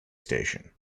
station